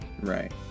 right